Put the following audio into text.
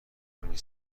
همین